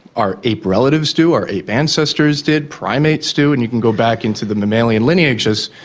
our ape relatives do, our ape ancestors did, primates do, and you can go back into the mammalian lineages.